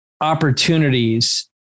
opportunities